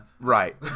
Right